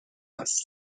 است